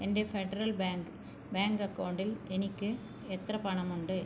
എൻ്റെ federal bank bank അക്കൗണ്ടിൽ എനിക്ക് എത്ര പണമുണ്ട്